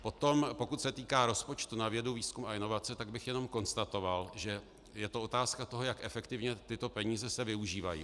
Potom pokud se týká rozpočtu na vědu, výzkum a inovace, tak bych jenom konstatoval, že je to otázka toho, jak efektivně se tyto peníze využívají.